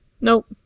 Nope